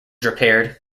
repaired